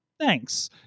Thanks